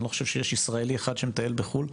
אני לא חושב שיש ישראלי אחד שמטייל בחו"ל,